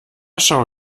schau